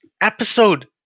Episode